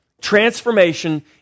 Transformation